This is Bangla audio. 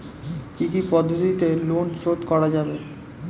কি কি পদ্ধতিতে লোন শোধ করা যাবে?